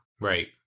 Right